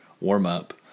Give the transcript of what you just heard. warm-up